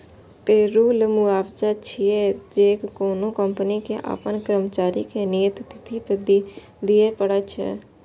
payroll मुआवजा छियै, जे कोनो कंपनी कें अपन कर्मचारी कें नियत तिथि पर दियै पड़ै छै